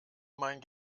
mein